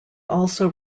also